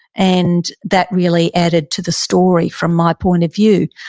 and that really added to the story from my point of view.